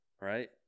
right